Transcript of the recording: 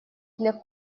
для